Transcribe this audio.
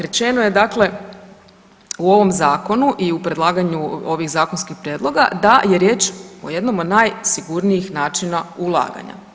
Rečeno je dakle u ovom zakonu i u predlaganju ovih zakonskih prijedloga da je riječ o jednom od najsigurnijih načina ulaganja.